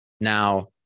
Now